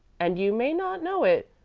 and you may not know it,